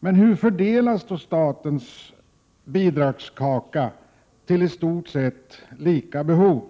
Hur fördelas då statens bidragskaka till i stort sett lika behov?